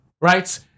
right